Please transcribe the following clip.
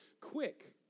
quick